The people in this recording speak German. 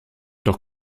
doch